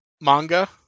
manga